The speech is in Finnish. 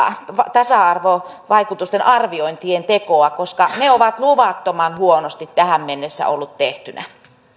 tasa arvovaikutusten arviointien tekoa koska ne ovat luvattoman huonosti tähän mennessä olleet tehtynä